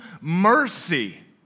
mercy